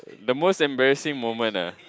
the most embarrassing moment ah